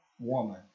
woman